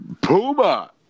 Puma